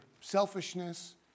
selfishness